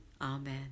Amen